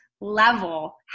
level